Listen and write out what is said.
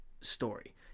story